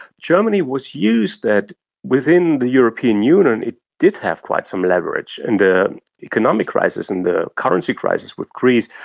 germany was used that within the european union it did have quite some leverage. in the economic crisis and the currency crisis with greece,